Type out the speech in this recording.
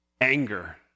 Anger